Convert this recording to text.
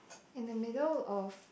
in the middle of